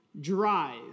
drive